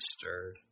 stirred